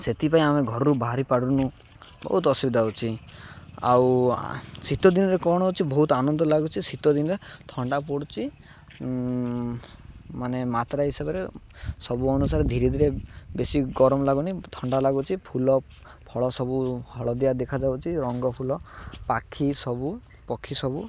ସେଥିପାଇଁ ଆମେ ଘରୁ ବାହାରି ପାରୁନୁ ବହୁତ ଅସୁବିଧା ହଉଛି ଆଉ ଶୀତ ଦିନରେ କ'ଣ ହଉଛି ବହୁତ ଆନନ୍ଦ ଲାଗୁଚି ଶୀତ ଦିନରେ ଥଣ୍ଡା ପଡ଼ୁଛି ମାନେ ମାତ୍ରା ହିସାବରେ ସବୁ ଅନୁସାରେ ଧୀରେ ଧୀରେ ବେଶୀ ଗରମ ଲାଗୁନି ଥଣ୍ଡା ଲାଗୁଛି ଫୁଲ ଫଳ ସବୁ ହଳ ଦିଆ ଦେଖାଯାଉଛି ରଙ୍ଗ ଫୁଲ ପାଖି ସବୁ ପକ୍ଷୀ ସବୁ